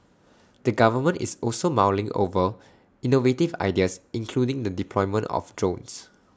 the government is also mulling over innovative ideas including the deployment of drones